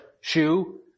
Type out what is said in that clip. shoe